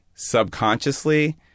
Subconsciously